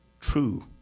true